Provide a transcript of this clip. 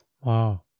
Wow